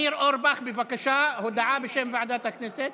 ניר אורבך, בבקשה, הודעה בשם ועדת הכנסת.